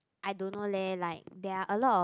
I don't know leh like there are a lot of